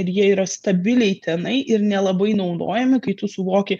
ir jie yra stabiliai tenai ir nelabai naudojami kai tu suvoki